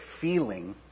feeling